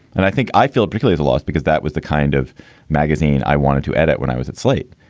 and i think i feel brickley the loss, because that was the kind of magazine i wanted to edit when i was at slate.